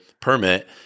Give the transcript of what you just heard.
permit